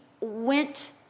went